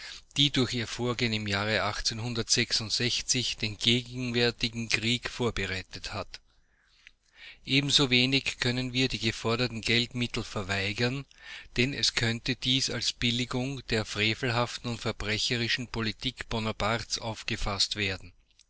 die durch ihr vorgehen im jahre den gegenwärtigen krieg vorbereitet hat ebensowenig können wir die geforderten geldmittel verweigern denn es könnte dies als billigung der frevelhaften und verbrecherischer politik bonapartes aufgefaßt werden